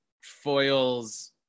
foils